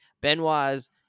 Benoit's